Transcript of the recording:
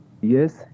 Yes